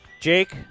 Jake